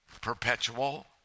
perpetual